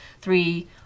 three